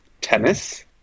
Tennis